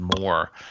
more